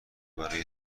برای